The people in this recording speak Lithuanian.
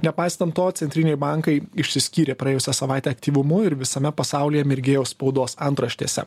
nepaisant to centriniai bankai išsiskyrė praėjusią savaitę aktyvumu ir visame pasaulyje mirgėjo spaudos antraštėse